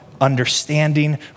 understanding